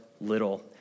little